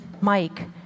Mike